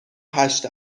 هشت